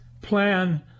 plan